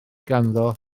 ganddo